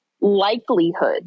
likelihood